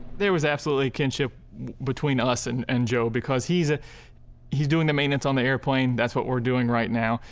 there was absolutely kinship between us and and joe because he's ah he's doing the maintenance on the airplane. that's what we're doing right now.